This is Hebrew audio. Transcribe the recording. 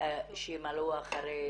שימלאו אחרי